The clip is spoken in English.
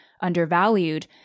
undervalued